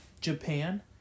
Japan